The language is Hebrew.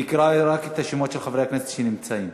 אני אקרא רק את השמות של חברי הכנסת שנמצאים.